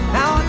Now